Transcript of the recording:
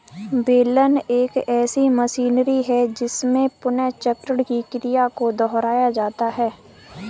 बेलन एक ऐसी मशीनरी है जिसमें पुनर्चक्रण की क्रिया को दोहराया जाता है